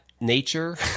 nature